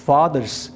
Father's